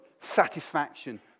satisfaction